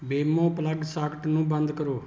ਵੇਮੋ plug socket ਨੂੰ ਬੰਦ ਕਰੋ